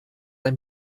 ein